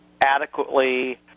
adequately